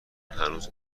هنوز